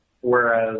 whereas